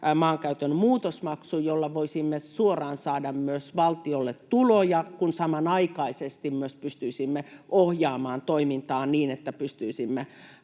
maankäytön muutosmaksu, jolla voisimme suoraan saada myös valtiolle tuloja, kun samanaikaisesti myös pystyisimme ohjaamaan toimintaa niin, että pystyisimme